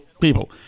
people